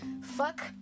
Fuck